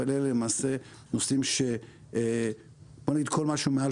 אבל אלה למעשה נושאים שכל מה שהוא מעל